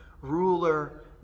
ruler